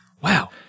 wow